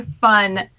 fun